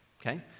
okay